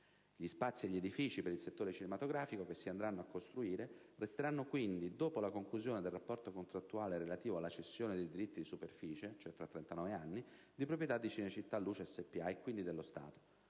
Gli spazi e gli edifici per il settore cinematografico che si andranno a costruire resteranno quindi, dopo la conclusione del rapporto contrattuale relativo alla cessione dei diritti di superficie (39 anni), di proprietà di Cinecittà Luce SpA (e quindi dello Stato),